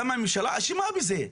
גם הממשלה אשמה בזה.